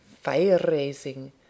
fire-raising